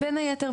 בין היתר.